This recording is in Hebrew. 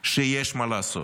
שיש מה לעשות.